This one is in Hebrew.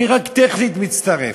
אני רק טכנית מצטרף.